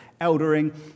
eldering